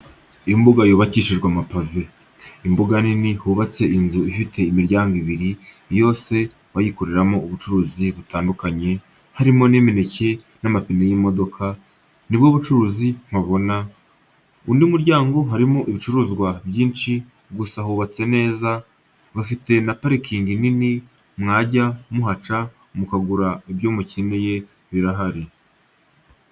Imbuga yubakishije amapave. Imbuga nini, hubatse inzu ifite imiryango ibiri yose bayikoreramo ubucuruzi butandukanye, harimo n'imineke n'amapine y'imodoka, ni bwo bucuruzi mpabona, Undi muryango harimo ibicuruzwa byinshi, gusa hubatse neza, bafite n'aparikingi nini, mwajya muhaca mukagura ibyo mukeneye birahari.